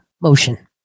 motion